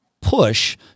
push